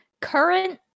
current